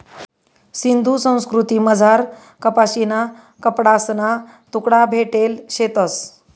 सिंधू संस्कृतीमझार कपाशीना कपडासना तुकडा भेटेल शेतंस